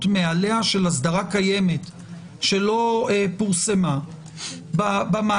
מאליה של אסדרה קיימת שלא פורסמה במאגר,